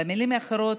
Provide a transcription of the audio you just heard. במילים אחרות,